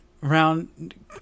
Round